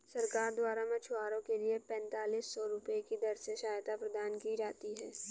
सरकार द्वारा मछुआरों के लिए पेंतालिस सौ रुपये की दर से सहायता प्रदान की जाती है